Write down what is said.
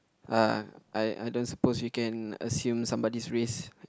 uh I I don't supposed you can assume somebody's race